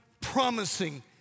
promising